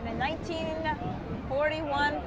and nineteen forty one